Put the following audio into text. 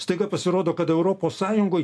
staiga pasirodo kad europos sąjungoj